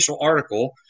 article